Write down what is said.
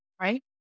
right